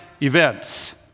events